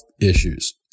issues